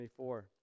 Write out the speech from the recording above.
24